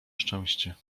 szczęście